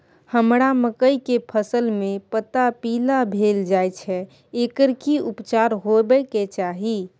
हमरा मकई के फसल में पता पीला भेल जाय छै एकर की उपचार होबय के चाही?